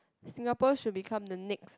Singapore should become the next